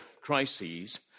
crises